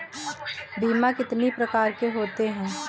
बीमा कितनी प्रकार के होते हैं?